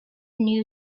new